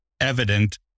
evident